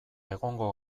egongo